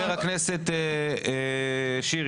09:45) חבר הכנסת שירי,